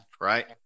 right